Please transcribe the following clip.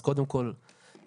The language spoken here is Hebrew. אז קודם כל תודה.